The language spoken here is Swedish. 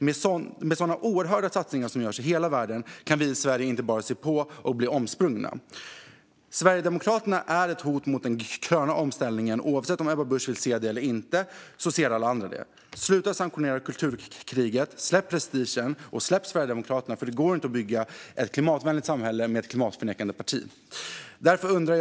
Med sådana oerhört stora satsningar som görs i hela världen kan vi i Sverige inte bara se på och bli omsprungna. Sverigedemokraterna är ett hot mot den gröna omställningen. Oavsett om Ebba Busch vill se det eller inte ser alla andra det. Sluta sanktionera kulturkriget, släpp prestigen och släpp Sverigedemokraterna, för det går inte att bygga ett klimatvänligt samhälle med ett klimatförnekande parti! Herr talman!